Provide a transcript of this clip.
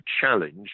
challenge